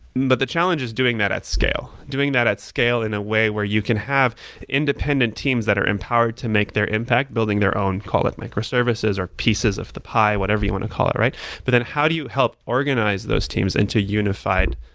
but the challenge is doing that at scale, doing that at scale in a way where you can have independent teams that are empowered to make their impact, building their own call it microservices or pieces of the pie, whatever you want to call it. but then how do you help organize those teams into unified,